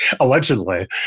Allegedly